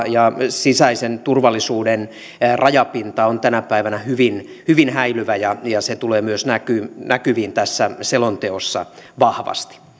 ja sisäisen turvallisuuden rajapinta on tänä päivänä hyvin hyvin häilyvä ja ja se tulee näkyviin myös tässä selonteossa vahvasti